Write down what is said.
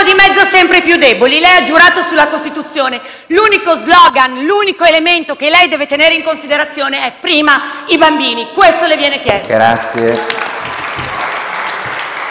di mezzo sempre i più deboli. Lei ha giurato sulla Costituzione: l'unico *slogan*, l'unico elemento che lei deve tenere in considerazione è «prima i bambini». Questo le viene chiesto.